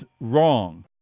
wrong